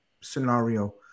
scenario